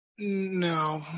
No